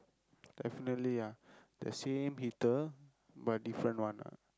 definitely ah the same heater but different one ah